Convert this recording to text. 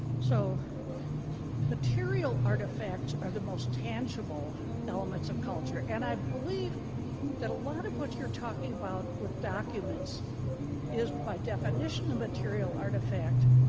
so material artifacts are the most tangible elements of culture. and i believe that a lot of what you're talking about with documents is, by definition, a material artifact,